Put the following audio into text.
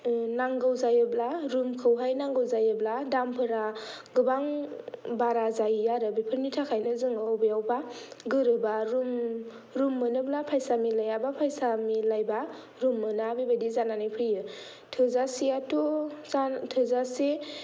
नांगौ जायोब्ला रुमखौ हाय नांगौ जायोब्ला दामफोरा गोबां बारा जाहैयो आरो बेफोरनि थाखायनो जोङो अबेआवबा गोरोबा रुम रुम मोनोब्ला फायसा मिलाया बा फायसा मिलायबा रुम मोना बेबादि जानानै फैयो थोजासे आथ' जान थोजासे